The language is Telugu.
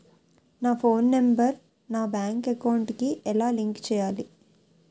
నా ఫోన్ నంబర్ నా బ్యాంక్ అకౌంట్ కి ఎలా లింక్ చేయాలి?